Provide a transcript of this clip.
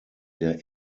der